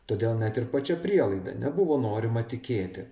todėl net ir pačia prielaida nebuvo norima tikėti